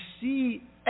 see